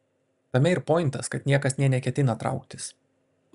tame ir pointas kad niekas nė neketina trauktis